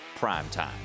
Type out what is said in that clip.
primetime